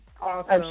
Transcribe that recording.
Awesome